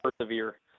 severe